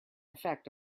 effect